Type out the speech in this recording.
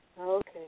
Okay